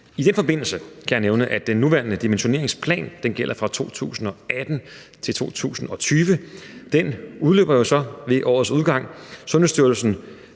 I den forbindelse kan jeg nævne, at den nuværende dimensioneringsplan gælder fra 2018 til 2020. Den udløber så ved årets udgang, og det